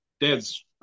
dad's